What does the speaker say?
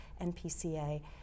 NPCA